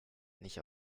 nicht